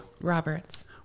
Roberts